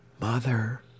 Mother